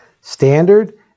standard